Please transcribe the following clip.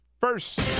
first